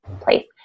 place